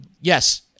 yes